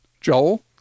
joel